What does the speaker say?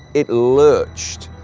it lurched,